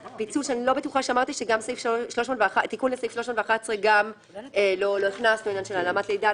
הפיצול: תיקון לסעיף 311 לא הכנסנו לעניין של העלמת לידה.